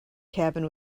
cabin